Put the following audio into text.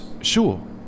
Sure